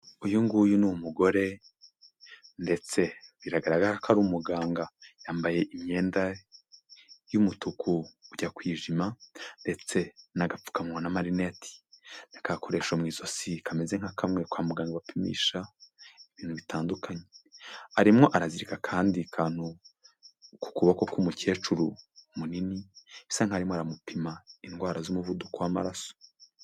Uyu nguyu ni umugore ndetse biragaragara ko ari umuganga, yambaye imyenda y'umutuku ujya kwijima ndetse n'agapfukamunwa n'amarinete, na kagakoresho mu ijosi kameze nka kamwe kwa muganga bapimisha ibintu bitandukanye, arimo arazirika akandi kantu ku kuboko k'umukecuru munini, bisa nk'aho arimo aramupima indwara z'umuvuduko w'amaraso.